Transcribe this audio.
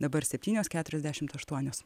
dabar septynios keturiasdešimt aštuonios